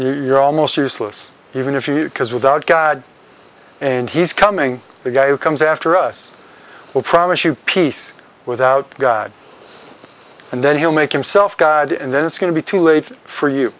you're almost useless even if you because without god and he's coming the guy who comes after us will promise you peace without god and then he'll make himself god and then it's going to be too late for you